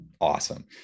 awesome